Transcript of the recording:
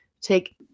take